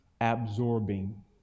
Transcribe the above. absorbing